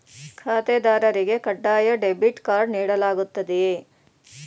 ಖಾತೆದಾರರಿಗೆ ಕಡ್ಡಾಯ debit card ನೀಡಲಾಗುತ್ತದೆಯೇ?